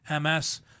MS